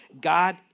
God